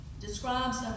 Describes